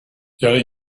jag